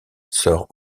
sort